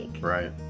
Right